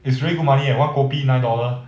it's really good money leh one kopi nine dollar